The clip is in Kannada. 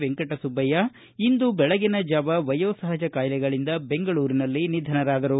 ವೆಂಕಟಸುಬ್ಬಯ್ಕ ಬೆಳಗಿನ ಜಾವ ವಯೋಸಹಜ ಕಾಯಿಲೆಗೆಯಿಂದ ಬೆಂಗಳೂರಿನಲ್ಲಿ ನಿಧನರಾದರು